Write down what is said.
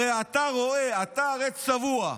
הרי אתה הרי צבוע.